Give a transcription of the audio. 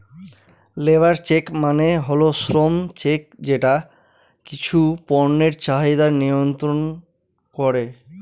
labour check মানে হল শ্রম চেক যেটা কিছু পণ্যের চাহিদা মিয়ন্ত্রন করে